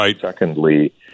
Secondly